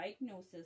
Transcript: diagnosis